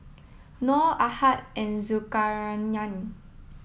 nor Ahad and Zulkarnain